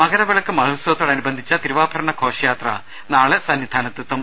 മകരവിളക്ക് മഹോത്സവത്തോടനുബന്ധിച്ച തിരു വാഭരണ ഘോഷയാത്ര നാളെ സന്നിധാനത്തെത്തും